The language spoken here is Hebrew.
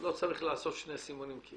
לא צריך לעשות שני סימונים.